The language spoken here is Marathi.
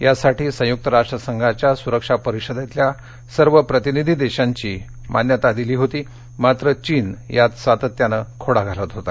यासाठी संयुक्त राष्ट्रसंघाच्या सुरक्षा परिषदेतल्या सर्व प्रतिनिधी देशांची मान्यता दिली होती मात्र चीन यात सातत्यानं यात खोडा घालत होता